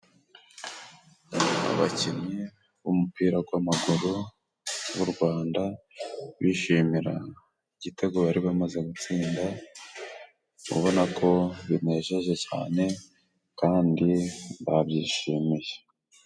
Abakinnyi b'umupira gw'amaguru w'u Rwanda bishimira igitego bari bamaze gutsinda ubona ko binejeje cyane kandi babyishimiye.